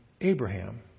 Abraham